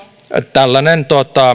tällainen